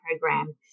program